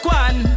one